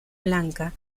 blanca